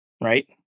right